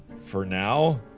for now.